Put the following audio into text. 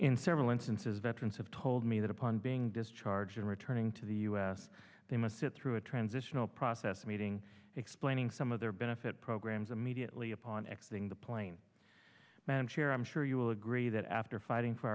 in several instances veterans have told me that upon being discharged and returning to the u s they must sit through a transitional process meeting explaining some of their benefit programs immediately upon exiting the plane but i'm sure i'm sure you will agree that after fighting for